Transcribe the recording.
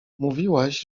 mówiłaś